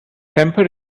temper